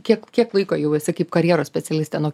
kiek kiek laiko jau esi kaip karjeros specialistė nuo